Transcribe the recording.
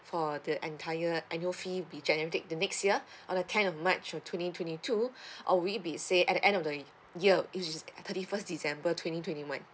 for the entire annual fee be generate the next year on the tenth of march of twenty twenty two or we be say at the end of the year which is thirty first december twenty twenty one